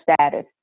status